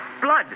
Blood